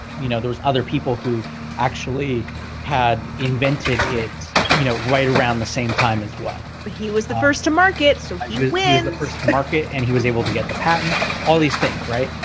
you know, there was other people who actually had invented it, you know, right around the same time as well. but he was the first to market. so but he was the first to market and he was able to get the patent all these things, right.